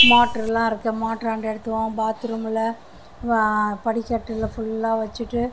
மோட்டருலாம் இருக்குது மோட்டராண்ட ஏற்றுவோம் பாத்ரூமில் வா படிக்கட்டில் ஃபுல்லாக வச்சுட்டு